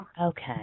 Okay